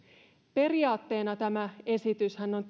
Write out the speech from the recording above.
periaatteena tämä esityshän on